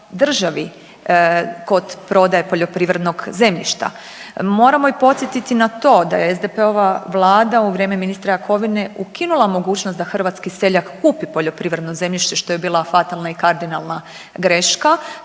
državi kod prodaje poljoprivrednog zemljišta. Moramo i podsjetiti na to da je SDP-ova vlada u vrijeme ministra Jakovine ukinula mogućnost da hrvatski seljak kupi poljoprivredno zemljište što je bila fatalna i kardinalna greška